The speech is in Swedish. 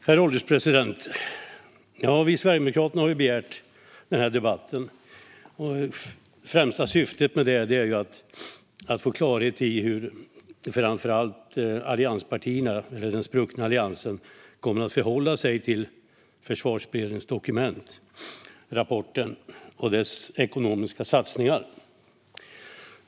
Herr ålderspresident! Vi sverigedemokrater har begärt debatten, och vårt främsta syfte är att få klarhet i hur allianspartierna - den spruckna Alliansen - kommer att förhålla sig till Försvarsberedningens dokument, rapporten och de föreslagna ekonomiska satsningarna.